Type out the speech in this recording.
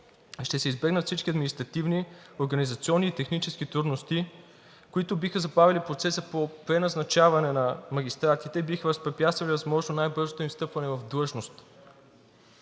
ще се избегнат всички административни, организационни и технически трудности, които биха забавили процеса по преназначаване на магистратите, биха възпрепятствали възможно най-бързото им встъпване в длъжност,